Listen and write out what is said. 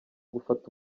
gufata